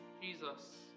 Jesus